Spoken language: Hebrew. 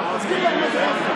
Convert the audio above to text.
תסביר להם מה זה רב-קו.